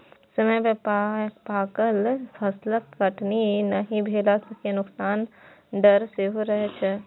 समय पर पाकल फसलक कटनी नहि भेला सं नोकसानक डर सेहो रहै छै